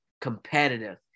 competitive